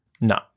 No